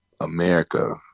America